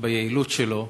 שביעילות שלו,